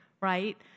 right